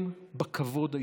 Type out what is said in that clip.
כן, בכבוד הישראלי,